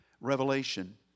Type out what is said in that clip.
Revelation